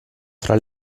fra